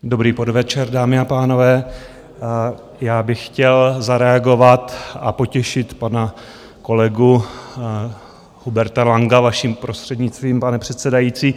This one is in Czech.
Dobrý podvečer dámy a pánové, já bych chtěl zareagovat a potěšit pana kolegu Huberta Langa, vaším prostřednictvím pane předsedající.